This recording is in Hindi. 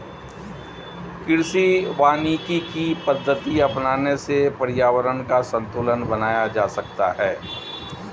कृषि वानिकी की पद्धति अपनाने से पर्यावरण का संतूलन बनाया जा सकता है